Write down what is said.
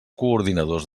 coordinadors